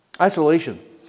Isolation